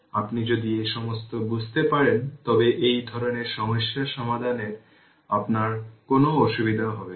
আপনি যদি এই সমস্ত বুঝতে পারেন তবে এই ধরণের সমস্যা সমাধানে আপনার কোনও অসুবিধা হবে না